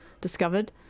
discovered